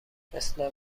مثل